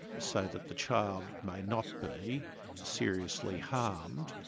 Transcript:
so that the child may not be seriously harmed,